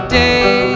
day